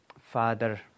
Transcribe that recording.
father